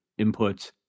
inputs